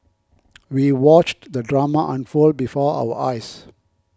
we watched the drama unfold before our eyes